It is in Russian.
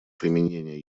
применения